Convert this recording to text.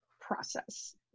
process